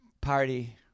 party